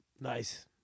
Nice